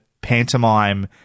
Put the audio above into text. pantomime